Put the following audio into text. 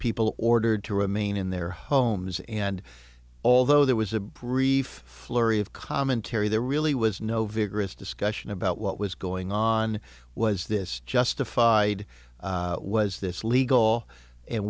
people ordered to remain in their homes and although there was a brief flurry of commentary there really was no vigorous discussion about what was going on was this justified was this legal and